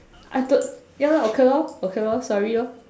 I don't ya lah okay lor okay lor sorry lor